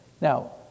Now